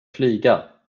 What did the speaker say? flyga